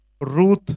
Ruth